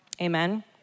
Amen